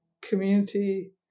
community